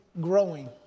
Growing